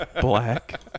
Black